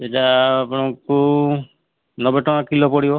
ସେଇଟା ଆପଣଙ୍କୁ ନବେ ଟଙ୍କା କିଲୋ ପଡ଼ିବ